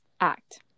Act